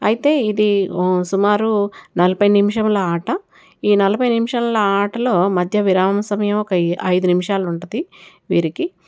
అయితే ఇది సుమారు నలభై నిమిషముల ఆట ఈ నలభై నిమిషముల ఆటలో మధ్య విరామ సమయం ఒక ఐదు నిమిషాలు ఉంటుంది వీరికి